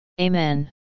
Amen